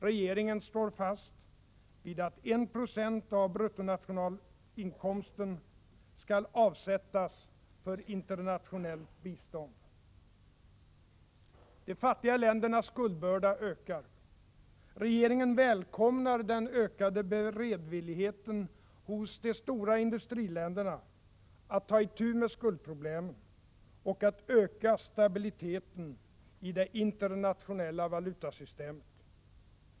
Regeringen står fast vid att 1 90 av bruttonationalinkomsten skall avsättas för internationellt bistånd. De fattiga ländernas skuldbörda ökar. Regeringen välkomnar den ökade beredvilligheten hos de stora industriländerna att ta itu med skuldproblemen och att öka stabiliteten i det internationella valutasystemet.